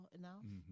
enough